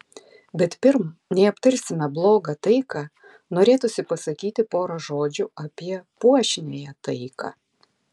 bet pirm nei aptarsime blogą taiką norėtųsi pasakyti porą žodžių apie puošniąją taiką